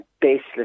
baseless